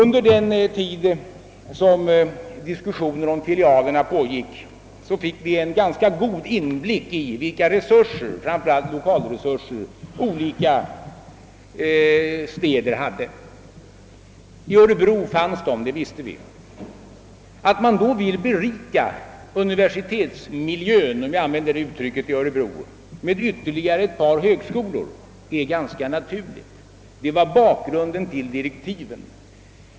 Under den tid som diskussionen om filialerna pågick fick vi en ganska god inblick i vilka resurser, framför allt när det gäller lokaler, olika städer hade. I Örebro fanns dessa resurser, det visste vi. Att man då ville berika universitetsmiljön, om jag får använda det uttrycket, i Örebro med ytterligare ett par högskolor är ganska naturligt. Detta var bakgrunden till direktiven.